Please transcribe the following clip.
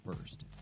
first